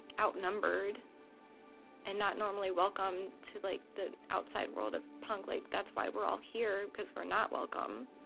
outnumbered and not normally welcome to, like, the outside world of punk. like, that's why we're all here because we're not welcome.